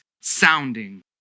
sounding